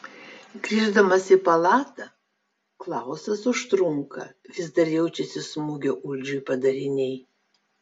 grįždamas į palatą klausas užtrunka vis dar jaučiasi smūgio uldžiui padariniai